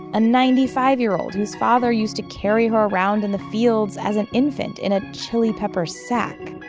a ninety five year old, whose father used to carry her around in the fields as an infant in a chili pepper sack?